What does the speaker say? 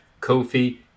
Kofi